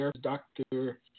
Dr